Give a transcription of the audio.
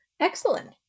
Excellent